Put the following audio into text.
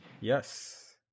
yes